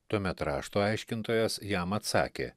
tuomet rašto aiškintojas jam atsakė